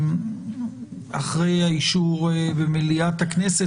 אחרי האישור במליאת הכנסת,